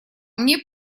мне